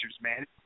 man